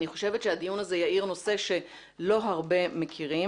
אני חושבת שהדיון הזה יעיר נושא שלא הרבה מכירים,